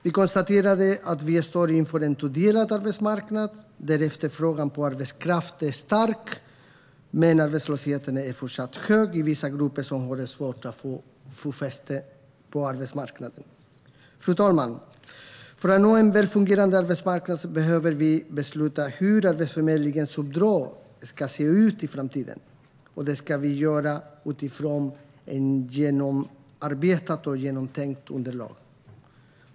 Vi konstaterade att vi står inför en tudelad arbetsmarknad, där efterfrågan på arbetskraft är stark men arbetslösheten fortsatt är hög i vissa grupper som har svårt att få fotfäste på arbetsmarknaden. Fru talman! För att nå en välfungerande arbetsmarknad behöver vi besluta hur Arbetsförmedlingens uppdrag ska se ut i framtiden. Det ska vi göra utifrån ett genomarbetat och genomtänkt underlag.